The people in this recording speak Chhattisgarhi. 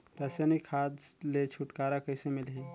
रसायनिक खाद ले छुटकारा कइसे मिलही?